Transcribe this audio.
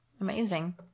Amazing